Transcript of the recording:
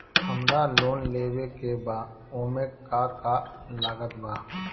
हमरा लोन लेवे के बा ओमे का का लागत बा?